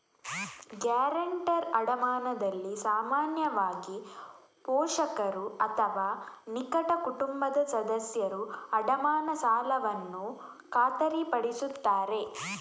guarantor ಅಡಮಾನದಲ್ಲಿ ಸಾಮಾನ್ಯವಾಗಿ, ಪೋಷಕರು ಅಥವಾ ನಿಕಟ ಕುಟುಂಬದ ಸದಸ್ಯರು ಅಡಮಾನ ಸಾಲವನ್ನು ಖಾತರಿಪಡಿಸುತ್ತಾರೆ